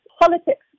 politics